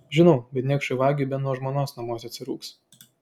žinau bet niekšui vagiui bent nuo žmonos namuose atsirūgs